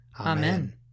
Amen